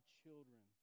children